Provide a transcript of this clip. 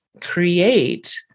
create